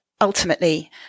ultimately